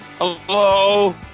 Hello